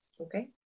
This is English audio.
Okay